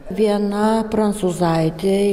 viena prancūzaitė